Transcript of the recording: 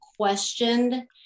questioned